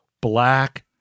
Black